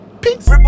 Peace